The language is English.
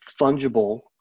fungible